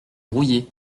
rouillés